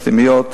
בפנימיות,